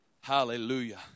Hallelujah